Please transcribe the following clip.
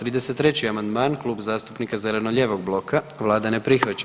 33. amandman Klub zastupnika zeleno-lijevog bloka, Vlada ne prihvaća.